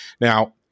Now